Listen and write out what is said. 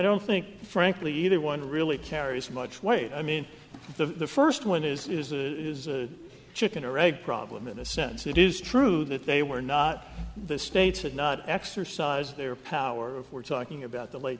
don't think frankly either one really carries much weight i mean the first one is the chicken or egg problem in a sense it is true that they were not the states would not exercise their power if we're talking about the late